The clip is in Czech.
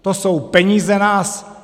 To jsou peníze nás!